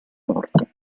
morte